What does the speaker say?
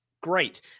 Great